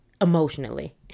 emotionally